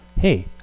hey